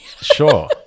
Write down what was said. Sure